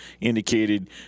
indicated